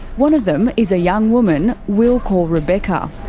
one of them is a young woman we'll call rebecca.